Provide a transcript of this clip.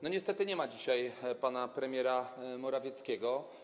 Niestety nie ma dzisiaj pana premiera Morawieckiego.